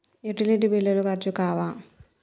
Utility బిల్లులు ఖర్చు కావా?